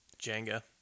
Jenga